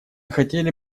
хотели